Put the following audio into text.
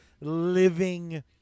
living